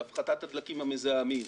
של הפחתת הדלקים המזהמים,